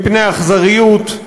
מפני אכזריות,